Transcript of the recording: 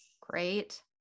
Great